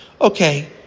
Okay